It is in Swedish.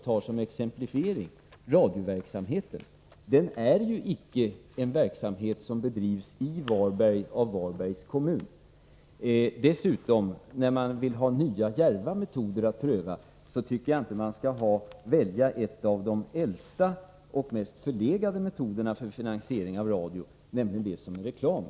Låt mig emellertid påpeka att radioverksamheten inte är en verksamhet som bedrivs i Varberg av Varbergs kommun. Dessutom tycker jag att man, när man vill pröva nya och djärva idéer, inte skall välja en av de äldsta och mest förlegade metoderna för finansieringen av radioverksamheten, nämligen reklam.